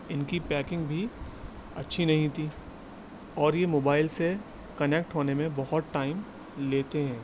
ان کی پیکنگ بھی اچھی نہیں تھی اور یہ موبائل سے کنکٹ ہونے میں بہت ٹائم لیتے ہیں